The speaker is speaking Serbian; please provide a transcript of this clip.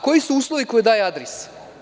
Koji su uslovi koje daje „Adris“